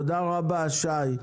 תודה רבה, שי.